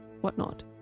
whatnot